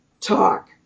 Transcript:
talk